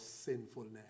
sinfulness